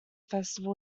festival